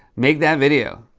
make that video.